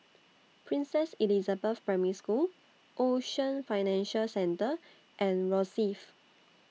Princess Elizabeth Primary School Ocean Financial Centre and Rosyth